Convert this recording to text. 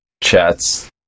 Chats